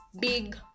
big